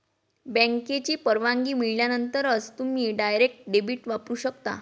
बँकेची परवानगी मिळाल्यानंतरच तुम्ही डायरेक्ट डेबिट वापरू शकता